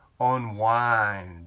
Unwind